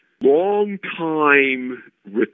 Long-time